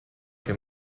che